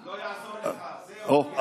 לא יעזור לך, זהו, סיימת.